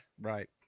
Right